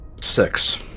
Six